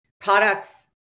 Products